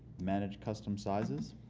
manage custom sizes.